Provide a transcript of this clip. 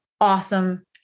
awesome